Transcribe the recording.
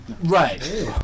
Right